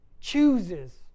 chooses